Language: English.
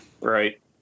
Right